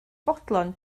fodlon